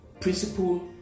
principle